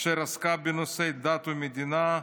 אשר עסקה בנושאי דת ומדינה,